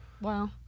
wow